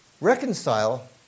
Reconcile